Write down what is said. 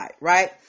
right